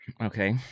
Okay